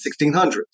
1600s